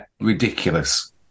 ridiculous